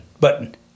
Button